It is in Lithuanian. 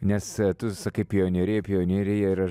nes tu sakai pionerija pionerija ir aš